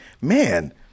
man